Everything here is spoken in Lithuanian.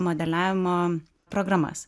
modeliavimo programas